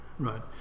Right